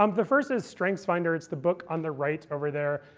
um the first is strengthsfinders, the book on the right over there.